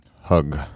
hug